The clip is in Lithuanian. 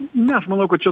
ne aš manau kad čia